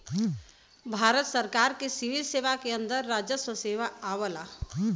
भारत सरकार के सिविल सेवा के अंदर राजस्व सेवा आवला